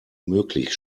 möglich